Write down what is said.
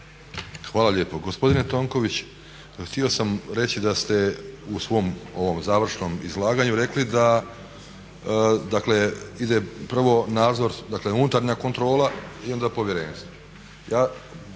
Hvala lijepo. Gospodine Tonković, htio sam reći da ste u svom ovom završnom izlaganju rekli da, dakle ide prvo nadzor, dakle unutarnja kontrola i onda povjerenstvo.